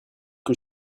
que